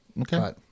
Okay